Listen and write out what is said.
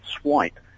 swipe